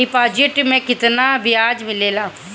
Deposit मे केतना बयाज मिलेला?